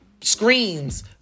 screams